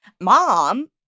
mom